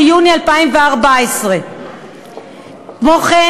1 ביוני 2014. כמו כן,